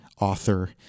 author